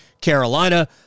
Carolina